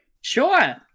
Sure